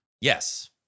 Yes